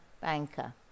banker